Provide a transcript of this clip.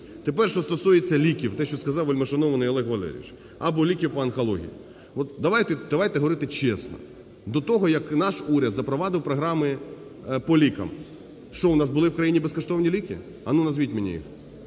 Тепер, що стосується ліків, те, що сказав вельмишановний Олег Валерійович, або ліків по онкології. От давайте, давайте говорити чесно. До того, як наш уряд запровадив програми по лікам, що у нас були в країні безкоштовні ліки? А, ну, назвіть мені їх.